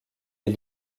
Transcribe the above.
les